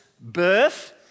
birth